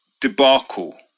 debacle